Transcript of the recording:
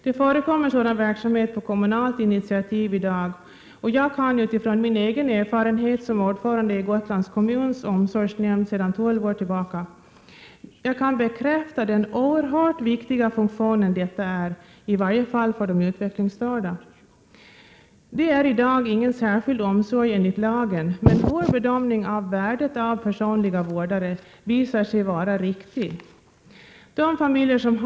Det förekommer sådan verksamhet på kommunalt initiativ i dag, och jag kan, utifrån min egen erfarenhet som ordförande i Gotlands kommuns omsorgsnämnd sedan 12 år, bekräfta vilken oerhört viktig funktion detta är — i varje fall för de utvecklingsstörda. Det är i dag ingen särskild omsorg enligt lagen, men vår bedömning av värdet av personliga vårdare visar sig vara riktig. De familjer som har sådan Prot.